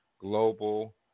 global